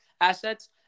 assets